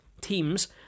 teams